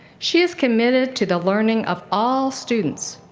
she is committed to the learning of all students,